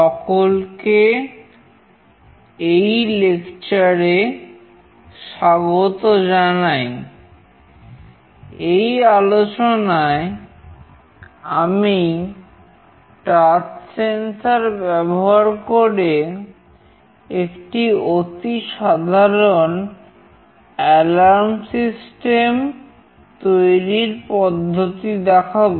সকলকে এই লেকচারে তৈরীর পদ্ধতি দেখাব